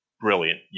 brilliant